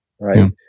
right